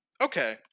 okay